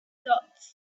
dots